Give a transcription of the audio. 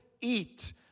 eat